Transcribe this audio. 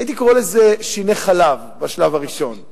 הייתי קורא לזה שיני חלב, בשלב הראשון.